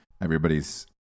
Everybody's